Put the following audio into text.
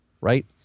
right